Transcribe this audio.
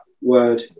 word